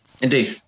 Indeed